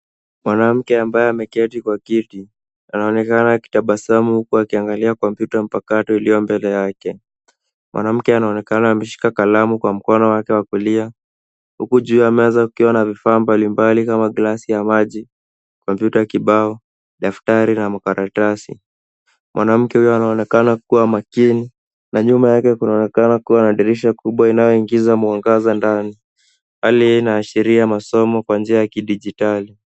Mwanamke ambaye ameketi kwa kiti anaonekana akitabasamu huku akiangalia kompyuta mpakato iliyombele yake. Mwanamke anaonekana ameshika kalamu kwa mkono wake wa kulia huku juu ya meza kukiwa na vifaa mbalimbali kama glasi ya maji, kompyuta kibao, daftari na makaratasi. Mwanamke huyu anaonekana kuwa makini na nyuma yake kunaonekana kuwa na dirisha kubwa inayoingiza mwangaza ndani. Hali hii inaashiria masomo kwa njia ya kidijitali.